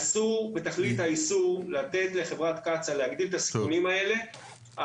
אסור בתכלית האיסור לתת לחברת קצא"א להגדיל את הסיכונים האלה.